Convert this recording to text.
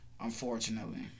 Unfortunately